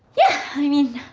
yeah, i mean.